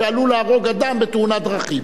שהוא עלול להרוג אדם בתאונת דרכים.